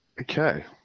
okay